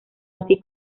así